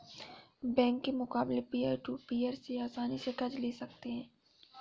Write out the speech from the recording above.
bank के मुकाबले peer to peer से आसनी से कर्ज ले सकते है